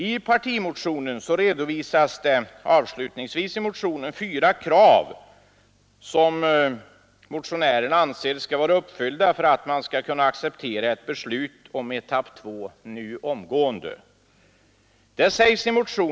I vår partimotion redovisas avslutningsvis fyra krav som motionärerna anser skall vara uppfyllda för att beslut om genomförande av etapp 2 nu omgående skall kunna accepteras.